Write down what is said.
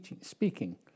speaking